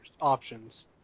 options